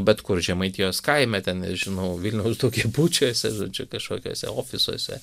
bet kur žemaitijos kaime ten nežinau vilniaus daugiabučiuose žodžiu kažkokiuose ofisuose